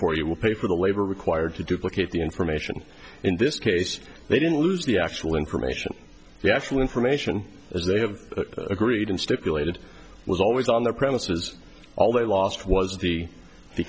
for you will pay for the labor required to duplicate the information in this case they didn't lose the actual information the actual information as they have agreed in stipulated was always on their premises all they lost was